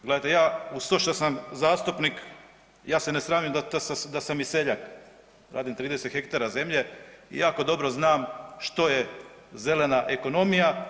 Gledajte, ja uz to što sam zastupnik ja se ne sramim da sam i seljak, radim 30 hektara zemlje i jako dobro znam što je zelena ekonomija.